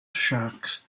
sharks